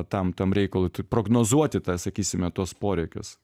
tam tam reikalui prognozuoti tą sakysime tuos poreikius